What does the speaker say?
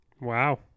Wow